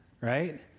right